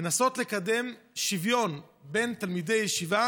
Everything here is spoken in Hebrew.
מנסים לקדם שוויון בין תלמידי ישיבה